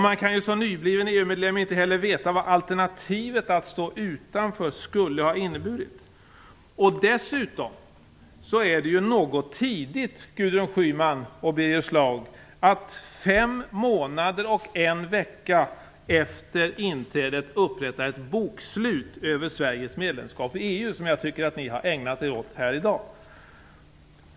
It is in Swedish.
Man kan ju som nybliven EU-medlem inte heller veta vad alternativet att stå utanför skulle ha inneburit. Dessutom är det något tidigt, Gudrun Schyman och Birger Schlaug, att fem månader och en vecka efter inträdet upprätta ett bokslut över Sveriges medlemskap i EU, som jag tycker att ni har ägnat er åt här i dag.